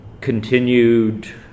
Continued